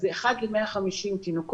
וזה אחות אחת ל-150 תינוקות.